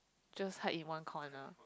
just hide in one corner